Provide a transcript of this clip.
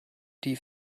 die